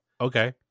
okay